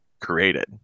created